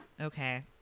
Okay